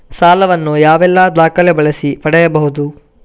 ಸಾಲ ವನ್ನು ಯಾವೆಲ್ಲ ದಾಖಲೆ ಬಳಸಿ ಪಡೆಯಬಹುದು?